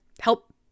help